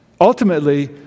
Ultimately